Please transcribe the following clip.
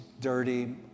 dirty